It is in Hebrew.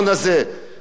אדוני היושב-ראש,